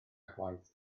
gwaith